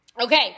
Okay